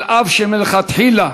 אף שמלכתחילה